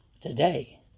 today